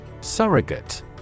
Surrogate